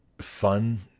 fun